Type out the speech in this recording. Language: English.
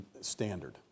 standard